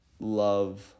love